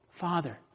father